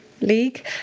league